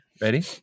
ready